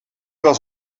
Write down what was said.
was